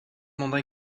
mandat